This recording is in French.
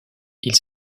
ils